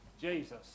Jesus